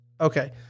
Okay